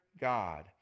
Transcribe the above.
God